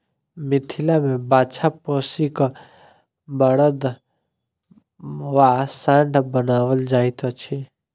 मिथिला मे बाछा पोसि क बड़द वा साँढ़ बनाओल जाइत अछि